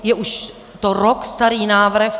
Je už to rok starý návrh.